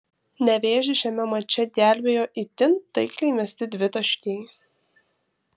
nevėžį šiame mače gelbėjo itin taikliai mesti dvitaškiai